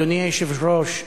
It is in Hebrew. אדוני היושב-ראש,